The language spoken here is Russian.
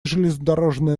железнодорожная